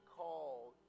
called